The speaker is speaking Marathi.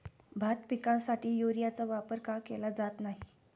भात पिकासाठी युरियाचा वापर का केला जात नाही?